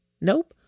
Nope